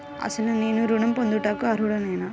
అసలు నేను ఋణం పొందుటకు అర్హుడనేన?